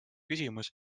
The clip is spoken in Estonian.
küsimus